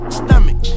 stomach